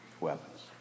weapons